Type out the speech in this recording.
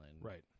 right